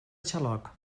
xaloc